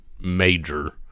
major